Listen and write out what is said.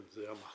כן, זה אמרתי.